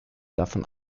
davon